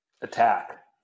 Attack